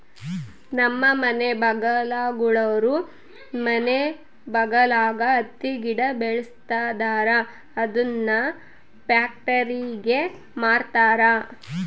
ನಮ್ಮ ಮನೆ ಬಗಲಾಗುಳೋರು ಮನೆ ಬಗಲಾಗ ಹತ್ತಿ ಗಿಡ ಬೆಳುಸ್ತದರ ಅದುನ್ನ ಪ್ಯಾಕ್ಟರಿಗೆ ಮಾರ್ತಾರ